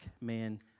man